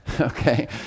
Okay